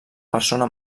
persona